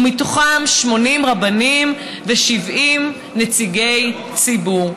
ומתוכם 80 רבנים ו-70 נציגי ציבור.